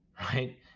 right